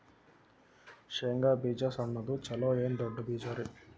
ಶೇಂಗಾ ಬೀಜ ಸಣ್ಣದು ಚಲೋ ಏನ್ ದೊಡ್ಡ ಬೀಜರಿ?